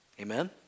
Amen